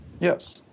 Yes